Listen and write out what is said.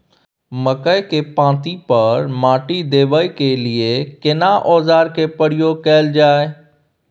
मकई के पाँति पर माटी देबै के लिए केना औजार के प्रयोग कैल जाय?